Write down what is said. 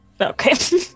Okay